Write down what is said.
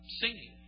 singing